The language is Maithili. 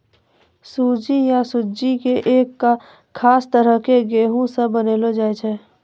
सूजी या सुज्जी कॅ एक खास तरह के गेहूँ स बनैलो जाय छै